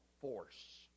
force